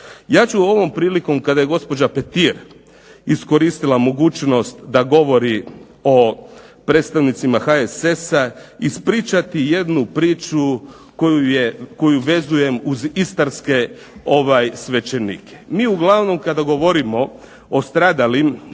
Ja ću ovom prilikom kada je gospođa Petir iskoristila mogućnost da govori o predstavnicima HSS-a ispričati jednu priču koju vezujem uz istarske svećenike. Mi uglavnom kada govorimo o stradalim